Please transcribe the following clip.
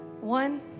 One